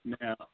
Now